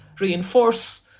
reinforce